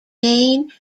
main